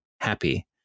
happy